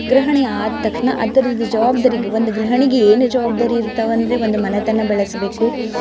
ಗೃಹಿಣಿ ಆದ ತಕ್ಷಣ ಅದ್ರದ್ದು ಜವಾಬ್ದಾರಿ ಒಂದು ಗೃಹಿಣಿಗೆ ಏನು ಜವಾಬ್ದಾರಿ ಇರ್ತಾವಂದರೆ ಒಂದು ಮನೆತನ ಬೆಳೆಸಬೇಕು